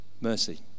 mercy